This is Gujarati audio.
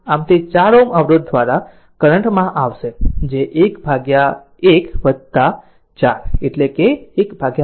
આમ તે 4 Ωઅવરોધ દ્વારા કરંટ માં આવશે જે છે જે 11 4 એટલે કે 15 છે